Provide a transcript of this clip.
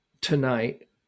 tonight